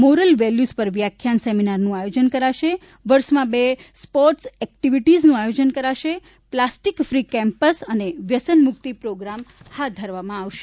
moral values પર વ્યાખ્યાન સેમિનારનું આયોજન કરાશે વર્ષમાં બે સ્પોર્ટ્સ એક્ટિવીટીઝનું આયોજન કરાશે પ્લાસ્ટીક ફી કેમ્પસ અને વ્યવસન મુક્તિ પ્રોગ્રામ હાથ ધરવામાં આવશે